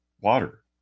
water